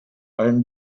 allem